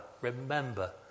Remember